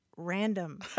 Random